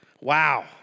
Wow